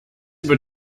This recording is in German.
über